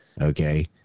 Okay